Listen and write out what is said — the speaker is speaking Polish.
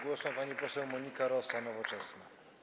Głos ma pani poseł Monika Rosa, Nowoczesna.